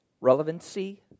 relevancy